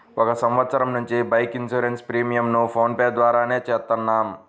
ఒక సంవత్సరం నుంచి బైక్ ఇన్సూరెన్స్ ప్రీమియంను ఫోన్ పే ద్వారానే చేత్తన్నాం